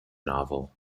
novel